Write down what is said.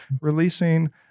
releasing